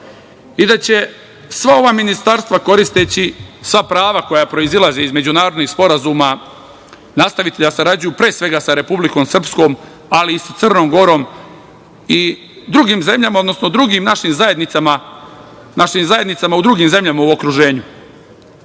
i da će sva ova ministarstva, koristeći sva prava koja proizilaze iz međunarodnih sporazuma, nastaviti da sarađuju sa Republikom Srpskom, ali i sa Crnom Gorom i drugim zemljama, odnosno drugim našim zajednicama, našim zajednicama u drugim